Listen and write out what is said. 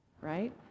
right